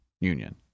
union